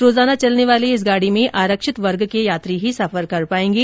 रोजाना चलने वाली इस गाड़ी में आरक्षित वर्ग के यात्री ही सफर कर पाएंगे